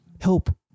help